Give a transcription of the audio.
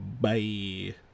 Bye